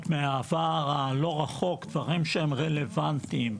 מהעבר הלא רחוק דברים שהם רלוונטיים.